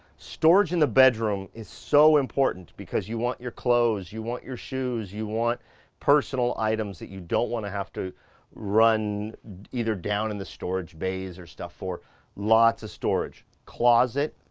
storage in the bedroom is so important because you want your clothes, you want your shoes, you want personal items that you don't want to have to run either down in the storage bays or stuff for lots of storage closet,